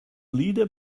leader